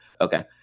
Okay